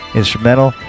Instrumental